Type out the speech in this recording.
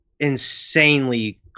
Insanely